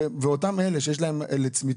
אותם אלה שיש להם לצמיתות,